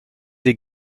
des